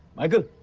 michael,